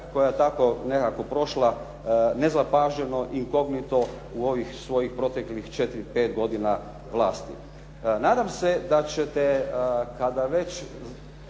koja je tako nekako prošla nezapaženo, inkognito u ovih svojih proteklih 4, 5 godina vlasti. Nadam se da ćete kada već